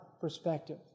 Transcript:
perspective